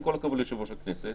עם כל הכבוד ליושב-ראש הכנסת,